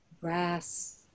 grass